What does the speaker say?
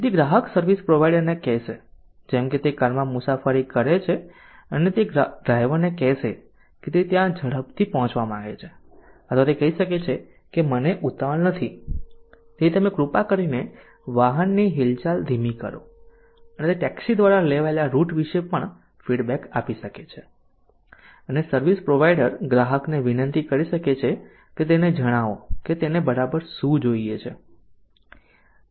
તેથી ગ્રાહક સર્વિસ પ્રોવાઇડરને કહેશે જેમ કે તે કારમાં મુસાફરી કરે છે અને તે ડ્રાઇવરને કહેશે કે તે ત્યાં ઝડપથી પહોંચવા માંગે છે અથવા તે કહી શકે છે કે મને ઉતાવળ નથી તેથી તમે કૃપા કરીને વાહનની હિલચાલ ધીમી કરો અને તે ટેક્સી દ્વારા લેવાયેલા રૂટ વિશે પણ ફીડબેક આપી શકે છે અને સર્વિસ પ્રોવાઇડર ગ્રાહકને વિનંતી કરી શકે છે કે તેને જણાવો કે તેને બરાબર શું જોઈએ છે